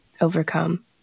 overcome